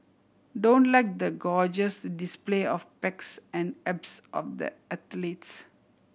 don't like the gorgeous display of pecs and abs of the athletes